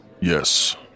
Yes